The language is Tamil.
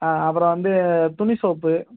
ஆ அப்புறம் வந்து துணி சோப்பு